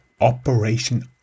operation